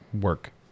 work